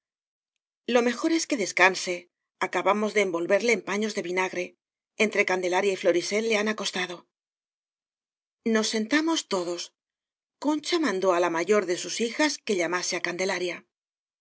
lo mejor es que descanse acabamos de envolverle en paños de vinagre entre can delaria y florisel le han acostado nos sentamos todos concha mandó á la mayor de sus hijas que llamase á candelaria